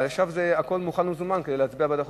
עכשיו הכול מוכן ומזומן כדי להצביע בעד החוק.